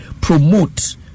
promote